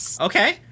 okay